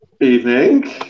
evening